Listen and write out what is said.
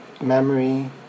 memory